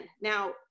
Now